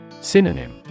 Synonym